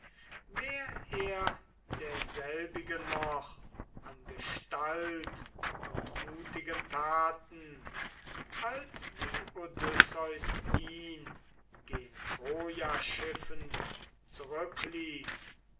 wär er derselbige noch an gestalt und mutigen taten als wie odysseus ihn gen troja schiffend zurückließ